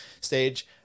stage